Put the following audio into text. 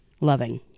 loving